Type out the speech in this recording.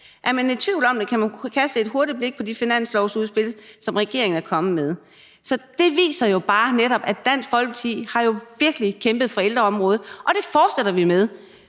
Er man i tvivl, kan man kaste et hurtigt blik på de finanslovs-udspil, som regeringen er kommet med.« Så det viser jo netop bare, at Dansk Folkeparti virkelig har kæmpet for ældreområdet, og det fortsætter vi med.